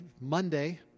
Monday